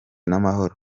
n’amahoro